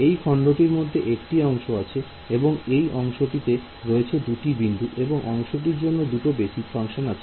এই খন্ডটির মধ্যে একটি অংশ আছে এবং এই অংশটি তে রয়েছে দুটি বিন্দু এবং অংশটির জন্য দুটো বেসিক ফাংশন আছে